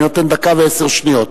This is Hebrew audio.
אני נותן דקה ועשר שניות.